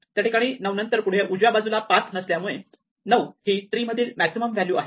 त्या ठिकाणी 9 नंतर पुढे उजव्या बाजूला पाथ नसल्यामुळे 9 ही ट्री मधील मॅक्झिमम व्हॅल्यू आहे